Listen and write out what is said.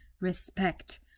respect